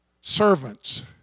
servants